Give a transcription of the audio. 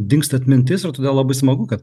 dingsta atmintis ir todėl labai smagu kad